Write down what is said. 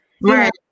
Right